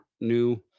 new